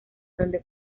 donde